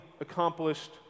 accomplished